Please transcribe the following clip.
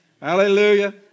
Hallelujah